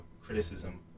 criticism